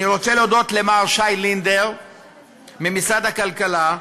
אני רוצה להודות למר שי לינדר ממשרד הכלכלה,